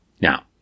Now